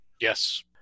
Yes